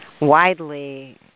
widely